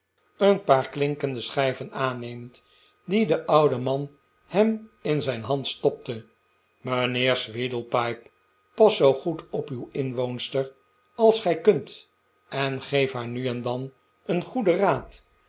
een paar klinkende schijven aannemend die de oude man hem in zijn hand stopte mijnheer sweedlepipe pas zoo goed op uw inwoonster als gij kunt en geef haar nu en dan een goeden raad